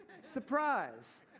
surprise